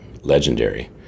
Legendary